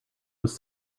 was